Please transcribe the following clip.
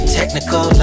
technical